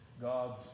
God's